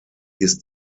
ist